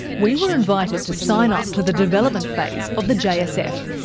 we were invited to sign up to the development phase of the jsf,